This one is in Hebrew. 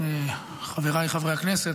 חבריי חברי הכנסת,